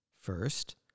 First